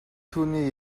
түүний